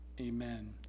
amen